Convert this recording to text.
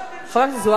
חברת הכנסת זוארץ,